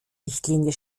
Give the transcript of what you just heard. richtlinie